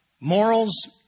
morals